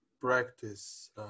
practice